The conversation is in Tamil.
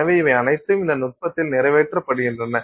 எனவே இவை அனைத்தும் இந்த நுட்பத்தில் நிறைவேற்றப்படுகின்றன